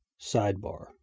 Sidebar